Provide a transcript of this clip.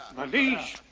my liege,